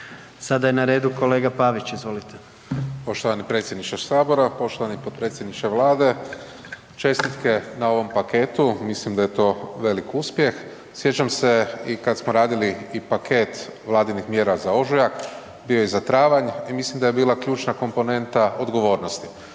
Sada je na redu kolega Pavić. Izvolite. **Pavić, Marko (HDZ)** Poštovani predsjedniče Sabora, poštovani potpredsjedniče Vlade. Čestitke na ovom paketu, mislim da je to veliki uspjeh. Sjećam se i kada smo radili i paket vladinih mjera za ožujak, bio je i za travanj i mislim da je bila ključna komponenta odgovornosti.